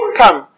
come